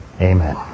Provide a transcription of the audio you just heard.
Amen